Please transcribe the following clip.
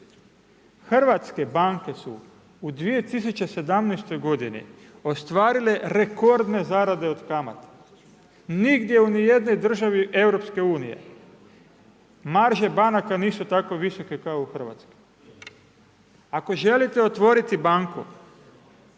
Hrvatske banke su u 2017. g. ostvarile rekordne zarade o kamata. Nigdje u nijednoj državi EU-a marže banaka nisu tako visoke kao u Hrvatskoj. Ako želite otvoriti banku,